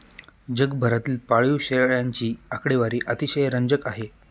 जगभरातील पाळीव शेळ्यांची आकडेवारी अतिशय रंजक आहे